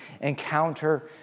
encounter